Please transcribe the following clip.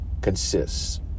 consists